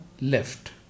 left